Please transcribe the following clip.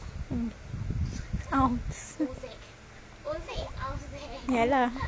ounce ya lah